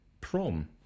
prom